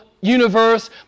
universe